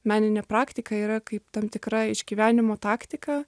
meninė praktika yra kaip tam tikra išgyvenimo taktika